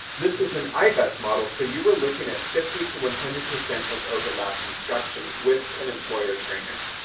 this is an i-best model so you are looking at fifty to one hundred percent of overlapped instruction with an employer trainer.